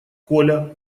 коля